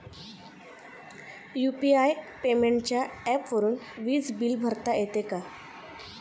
UPI पेमेंटच्या ऍपवरुन वीज बिल भरता येते का?